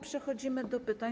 Przechodzimy do pytań.